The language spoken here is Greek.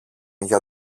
για